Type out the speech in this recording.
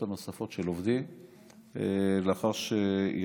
נוספות מעובדי מדינה גם כאשר יש צורך